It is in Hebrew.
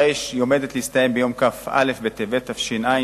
הרי שהיא עומדת להסתיים ביום כ"א בטבת התש"ע,